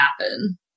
happen